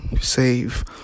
save